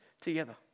together